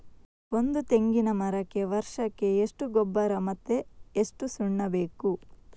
ಒಂದು ತೆಂಗಿನ ಮರಕ್ಕೆ ವರ್ಷಕ್ಕೆ ಎಷ್ಟು ಗೊಬ್ಬರ ಮತ್ತೆ ಎಷ್ಟು ಸುಣ್ಣ ಬೇಕು?